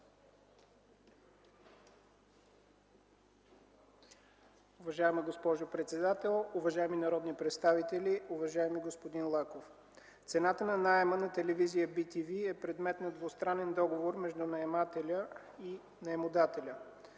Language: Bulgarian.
Уважаема госпожо председател, уважаеми народни представители, уважаеми господин Лаков! Цената на наема на телевизия bTV е предмет на двустранен договор между наемателя и наемодателя.